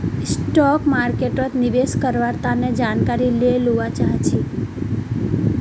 stock मार्केटोत निवेश कारवार तने जानकारी ले लुआ चाछी